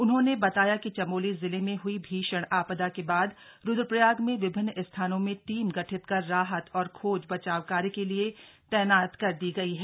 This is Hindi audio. उन्होंने बताया कि चमोली जिले में हुई भीषण आपदा के बाद रुद्रप्रयाग में विभिन्न स्थानों में टीम गठित कर राहत और खोज बचाव कार्य के लिए तैनात कर दी गयी है